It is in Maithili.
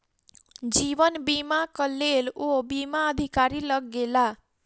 जीवन बीमाक लेल ओ बीमा अधिकारी लग गेला